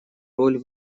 роль